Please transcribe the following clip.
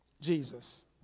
Jesus